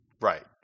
Right